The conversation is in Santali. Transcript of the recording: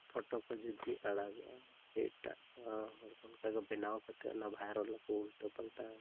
ᱯᱷᱳᱴᱚ ᱠᱚ ᱡᱩᱫᱤ ᱟᱲᱟᱜᱚᱜᱼᱟ ᱥᱮ ᱮᱴᱟᱜ ᱦᱚᱲ ᱠᱚ ᱚᱱᱠᱟᱜᱮ ᱵᱮᱱᱟᱣ ᱠᱟᱛᱮᱫ ᱚᱱᱟ ᱵᱷᱟᱭᱨᱟᱞ ᱟᱠᱚ ᱩᱞᱴᱟᱹ ᱯᱟᱞᱴᱟ